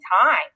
time